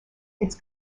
its